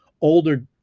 older